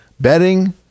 bedding